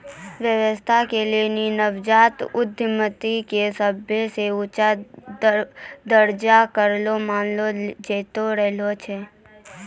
व्यवसाय के लेली नवजात उद्यमिता के सभे से ऊंचा दरजा करो मानलो जैतो रहलो छै